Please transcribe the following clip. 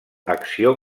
acció